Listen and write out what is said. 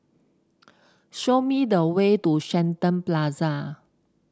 show me the way to Shenton Plaza